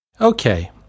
Okay